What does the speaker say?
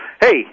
hey